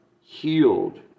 healed